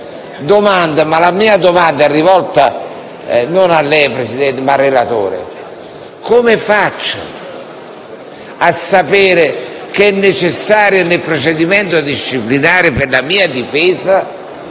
La mia domanda è rivolta non a lei, signor Presidente, ma al relatore: come faccio a sapere che è necessaria, nel procedimento disciplinare per la mia difesa,